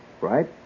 right